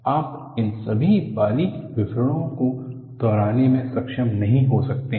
आप इन सभी बारीक विवरणों को दोहराने में सक्षम नहीं हो सकते हैं